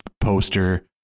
poster